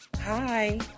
Hi